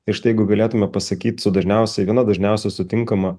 ir štai jeigu galėtume pasakyt su dažniausiai viena dažniausiai sutinkama